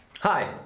Hi